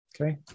okay